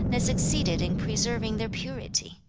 they succeeded in preserving their purity,